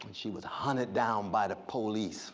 she was hunted down by the police